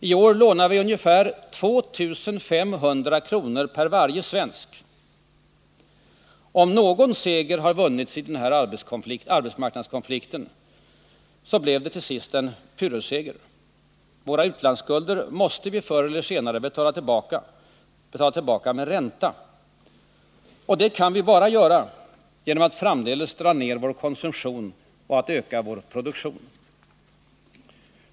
I år lånar vi ca 2 500 kr. per varje svensk. Om någon seger vunnits i arbetsmarknadskonflikten, var det en pyrrhusseger. Våra utlandsskulder måste vi förr eller senare betala tillbaka med ränta. Och det kan vi bara göra genom att framdeles dra ner vår konsumtion och öka vår produktion.